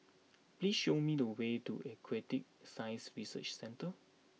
please show me the way to Aquatic Science Research Centre